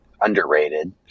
Underrated